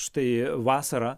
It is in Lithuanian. štai vasarą